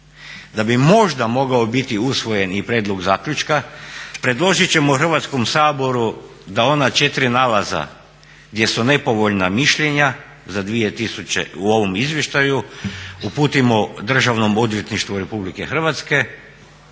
da bi možda mogao biti usvojeni i prijedlog zaključka predložit ćemo Hrvatskom saboru da ona četiri nalaza gdje su nepovoljan mišljenja u ovom izvještaju uputimo Državnom odvjetništvu RH s